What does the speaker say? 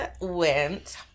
went